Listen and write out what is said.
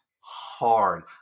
hard